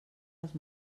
els